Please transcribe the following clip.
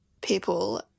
people